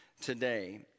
today